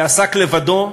ועסק לבדו,